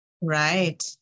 Right